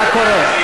מה קורה?